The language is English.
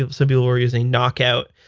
ah some people were using knockout.